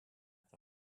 это